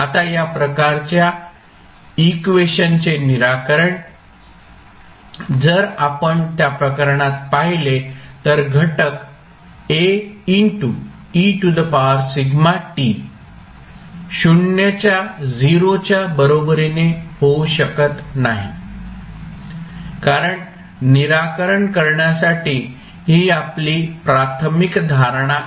आता या प्रकारच्या इक्वेशनचे निराकरण जर आपण त्या प्रकरणात पाहिले तर घटक 0 च्या बरोबरीने होऊ शकत नाही कारण निराकरण करण्यासाठी ही आपली प्राथमिक धारणा आहे